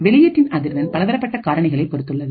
வெளியீட்டின் அதிர்வெண் பலதரப்பட்ட காரணிகளை பொறுத்துள்ளது